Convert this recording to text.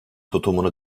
tutumunu